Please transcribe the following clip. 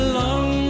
long